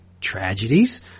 tragedies